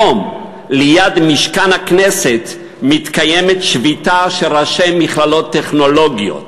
ליד משכן הכנסת מתקיימת היום שביתה של ראשי מכללות טכנולוגיות,